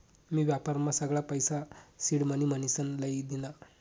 मी व्यापारमा सगळा पैसा सिडमनी म्हनीसन लई दीना